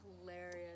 hilarious